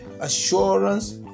Assurance